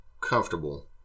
comfortable